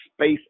space